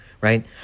right